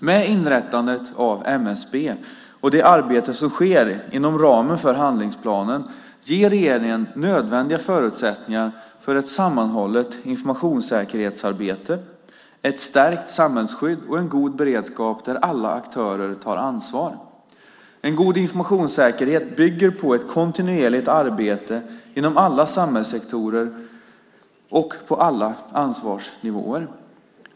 Med inrättandet av MSB och det arbete som sker inom ramen för handlingsplanen ger regeringen nödvändiga förutsättningar för ett sammanhållet informationssäkerhetsarbete, ett stärkt samhällsskydd och en god beredskap där alla aktörer tar ansvar. En god informationssäkerhet bygger på ett kontinuerligt arbete inom alla samhällssektorer och på alla ansvarsnivåer.